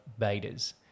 betas